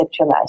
conceptualized